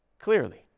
clearly